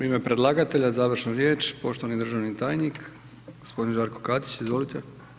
U ime predlagatelja završnu riječ, poštovani državni tajnik gospodin Žarko Katić, izvolite.